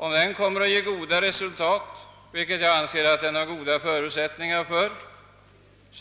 Om den kommer att ge goda resultat, vilket jag anser att den har förutsättningar för,